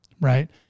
right